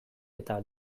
eta